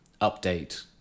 update